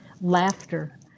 laughter